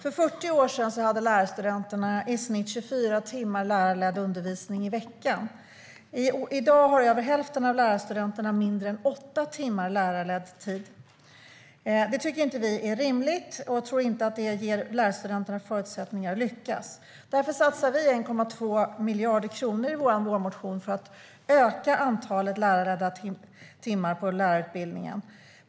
För 40 år sedan hade lärarstudenterna i snitt 24 timmar lärarledd undervisning i veckan, och i dag har över hälften av lärarstudenterna mindre än åtta timmar lärarledd tid. Detta tycker vi inte är rimligt, och vi tror inte att det ger lärarstudenterna förutsättningar att lyckas. Därför satsar vi i vår vårmotion 1,2 miljarder kronor för att öka antalet lärarledda timmar på lärarutbildningen.